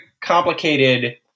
complicated